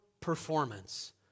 performance